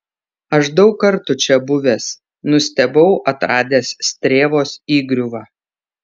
aš daug kartų čia buvęs nustebau atradęs strėvos įgriuvą